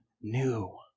new